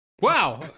Wow